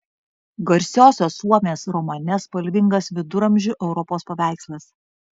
garsiosios suomės romane spalvingas viduramžių europos paveikslas